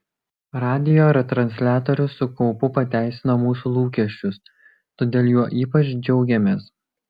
radijo retransliatorius su kaupu pateisino mūsų lūkesčius todėl juo ypač džiaugiamės